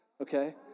okay